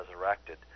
resurrected